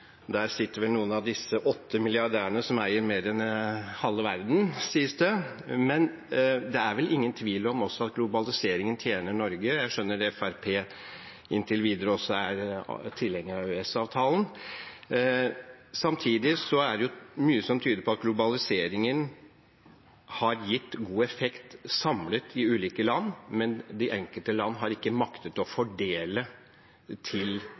Der sitter vel noen av disse åtte milliardærene som sies å eie mer enn halve verden. Men det er vel ingen tvil om at globaliseringen også tjener Norge. Jeg skjønner at Fremskrittspartiet inntil videre også er tilhenger av EØS-avtalen. Samtidig er det mye som tyder på at globaliseringen har gitt god effekt samlet i ulike land, men at de enkelte land ikke har maktet å fordele til